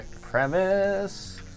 premise